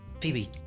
Phoebe